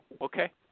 Okay